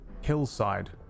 hillside